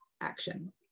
action